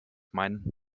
mein